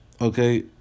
Okay